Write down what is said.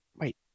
wait